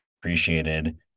appreciated